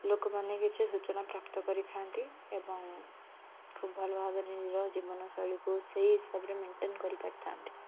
ଲୋକମାନେ କିଛି ସୂଚନା ପ୍ରାପ୍ତ କରିଥାନ୍ତି ଏବଂ ଖୁବ ଭଲ ଭାବରେ ନିଜର ଜୀବନଶୈଳୀକୁ ସେଇ ହିସାବରେ ମେଣ୍ଟେନ୍ କରିପାରିଥାଆନ୍ତି